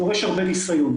דורש הרבה ניסיון.